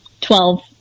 Twelve